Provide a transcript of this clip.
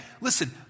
Listen